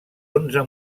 onze